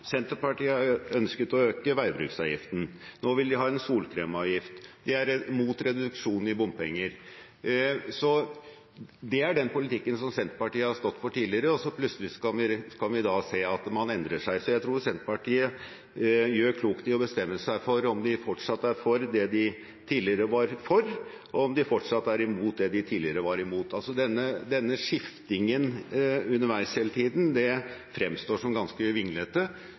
Senterpartiet har ønsket å øke veibruksavgiften. Nå vil de ha en solkremavgift. De er imot reduksjon i bompenger. Det er den politikken som Senterpartiet har stått for tidligere, og plutselig kan vi da se at man endrer seg. Jeg tror Senterpartiet gjør klokt i å bestemme seg for om de fortsatt er for det de tidligere var for, og om de fortsatt er imot det de tidligere var imot. Denne skiftingen underveis hele tiden fremstår som ganske vinglete.